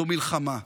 זו מלחמה,